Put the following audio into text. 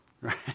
Right